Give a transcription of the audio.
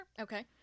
Okay